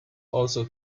also